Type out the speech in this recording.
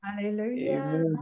Hallelujah